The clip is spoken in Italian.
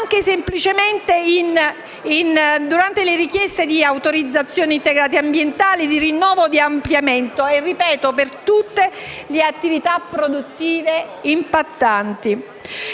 anche semplicemente durante le richieste di autorizzazione integrata ambientale, di rinnovo e di ampliamento e - lo ripeto - per tutte le attività produttive impattanti.